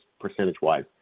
percentage-wise